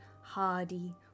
hardy